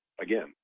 again